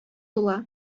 тула